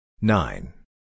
Nine